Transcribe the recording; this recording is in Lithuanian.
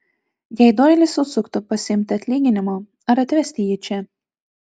jei doilis užsuktų pasiimti atlyginimo ar atvesti jį čia